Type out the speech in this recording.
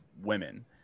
women